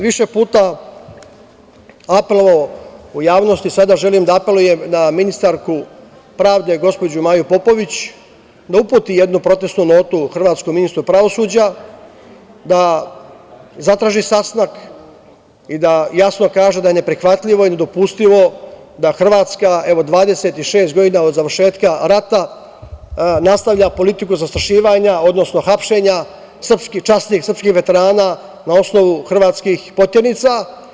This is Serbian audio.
Više puta sam apelovao u javnosti i sada želim da apelujem na ministarku pravde Maju Popović i da uputi jednu protesnu notu hrvatskom ministru pravosuđa, da zatraži sastanak i da jasno kaže da je neprihvatljivo i nedopustivo da Hrvatska, evo, 26 godina od završetka rata nastavlja politiku zastrašivanja, odnosno hapšenja časnih srpskih veterana na osnovu hrvatskih poternica.